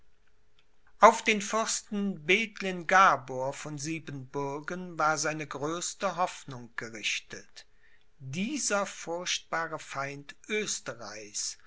auf den fürsten bethlen gabor von siebenbürgen war seine größte hoffnung gerichtet dieser furchtbare feind